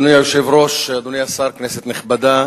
אדוני היושב-ראש, אדוני השר, כנסת נכבדה,